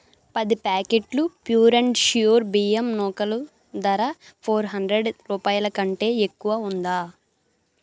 పది ప్యాకెట్లు pure and sure బియ్యం నూకలు ధర ఫోర్ హండ్రెడ్ రూపాయల కంటే ఎక్కువ ఉందా